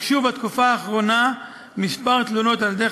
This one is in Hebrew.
הוגשו בתקופה האחרונה כמה תלונות על-ידי